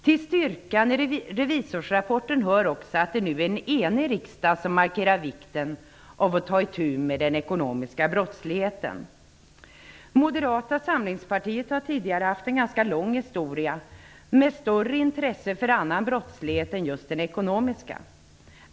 Till styrkan i revisorernas rapport hör också att det nu är en enig riksdag som markerar vikten av att ta itu med den ekonomiska brottsligheten. Moderata samlingspartiet har tidigare haft en ganska lång historia med större intresse för annan brottslighet än just den ekonomiska.